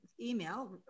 email